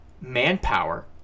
manpower